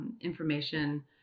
information